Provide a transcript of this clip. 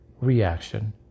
reaction